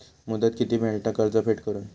मुदत किती मेळता कर्ज फेड करून?